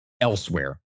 elsewhere